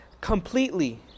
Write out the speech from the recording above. completely